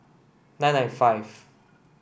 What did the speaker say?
nine nine five